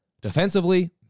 Defensively